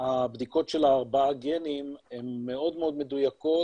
הבדיקות של הארבעה גנים הן מאוד מאוד מדויקות